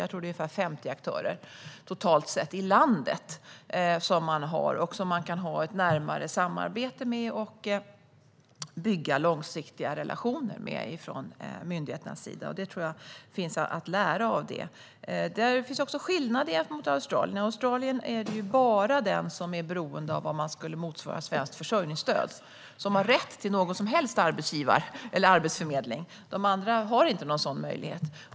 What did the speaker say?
Jag tror att det är ungefär 50 aktörer totalt i landet som man kan ha ett närmare samarbete med och bygga långsiktiga relationer med från myndigheternas sida. Det finns också skillnader gentemot Australien. Där är det bara den som är beroende av vad som skulle motsvara svenskt försörjningsstöd som har rätt till någon som helst arbetsförmedling. De andra har inte någon sådan möjlighet.